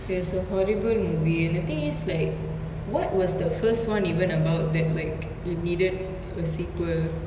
it was a horrible movie the thing is like what was the first one even about that like they needed a sequel